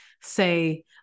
say